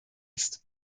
ist